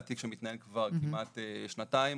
תיק שמתנהל כבר כמעט שנתיים,